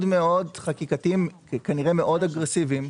מאוד חקיקתיים וכנראה מאוד אגרסיביים,